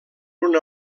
una